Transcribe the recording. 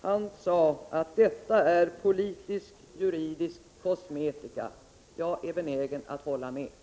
Han sade att det är fråga om politisk-juridisk kosmetika. Jag är benägen att hålla med honom.